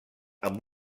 amb